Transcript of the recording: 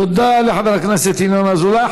תודה לחבר הכנסת ינון אזולאי.